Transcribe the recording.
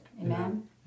Amen